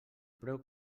preu